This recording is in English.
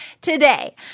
today